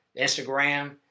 Instagram